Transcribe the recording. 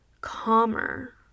calmer